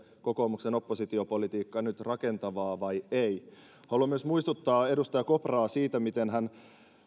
kokoomuksen oppositiopolitiikka nyt rakentavaa vai ei haluan myös muistuttaa edustaja kopraa siitä miten hän